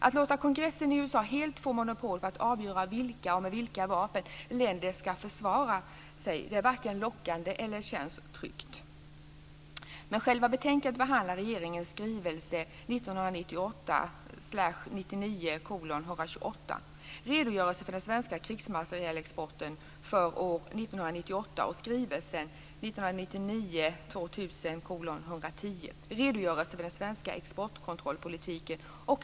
Att låta kongressen i USA helt få monopol på att avgöra vilka länder som ska få försvara sig, och med vilka vapen, är varken lockande eller känns tryggt.